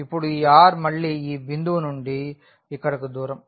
ఇప్పుడు ఈ r మళ్ళీ ఈ బిందువు నుండి ఇక్కడకు దూరం